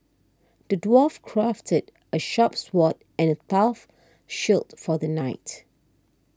the dwarf crafted a sharp sword and a tough shield for the knight